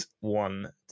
one